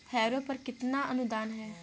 Harrow पर कितना अनुदान है?